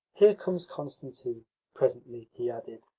here comes constantine, presently he added.